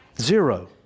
Zero